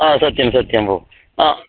आ सत्यं सत्यं भो आ